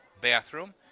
bathroom